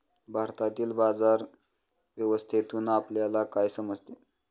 भारतातील बाजार व्यवस्थेतून आपल्याला काय समजते?